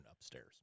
upstairs